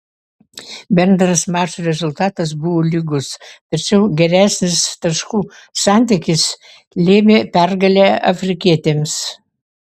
bendras mačo rezultatas buvo lygus tačiau geresnis taškų santykis lėmė pergalę afrikietėms